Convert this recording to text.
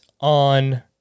on